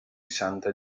santa